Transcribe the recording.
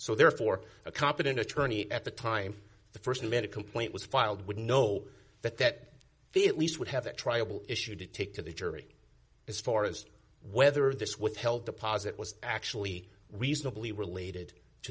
so therefore a competent attorney at the time the st minute complaint was filed would know that that the at least would have a trial issue to take to the jury as far as whether this withheld deposit was actually reasonably related to